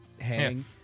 hang